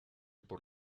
por